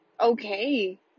okay